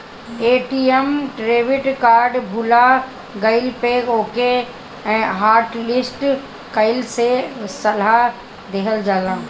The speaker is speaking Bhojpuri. ए.टी.एम डेबिट कार्ड भूला गईला पे ओके हॉटलिस्ट कईला के सलाह देहल जाला